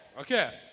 Okay